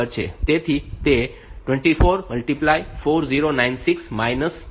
તેથી તે 24 4096 3